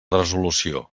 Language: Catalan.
resolució